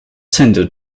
tendered